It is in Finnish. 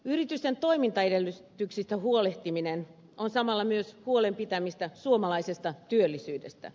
yritysten toimintaedellytyksistä huolehtiminen on samalla myös huolen pitämistä suomalaisesta työllisyydestä